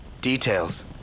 Details